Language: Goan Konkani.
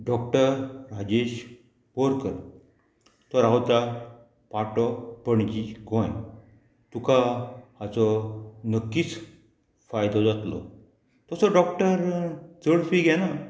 डॉक्टर राजेश बोरकर तो रावता पाटो पणजी गोंय तुका हाचो नक्कीच फायदो जातलो तसो डॉक्टर चड फी घेना